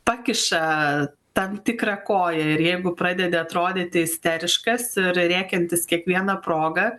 pakiša tam tikrą koją ir jeigu pradedi atrodyti isteriškas ir rėkiantis kiekviena proga